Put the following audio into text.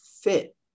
fit